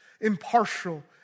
impartial